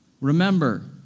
Remember